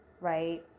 Right